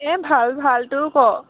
এই ভাল ভাল তোৰ ক